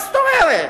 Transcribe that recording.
מה זאת אומרת?